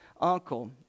uncle